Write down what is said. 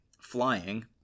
Flying